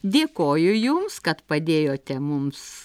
dėkoju jums kad padėjote mums